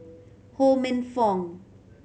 Ho Minfong